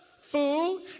Food